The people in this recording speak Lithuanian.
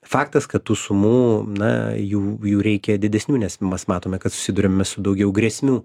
faktas kad tų sumų na jų jų reikia didesnių nes mas matome kad susiduriame su daugiau grėsmių